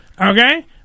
okay